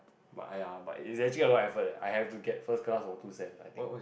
but !aiya! but it's actually a lot of effort eh I have to get first class for two sems I think